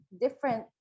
different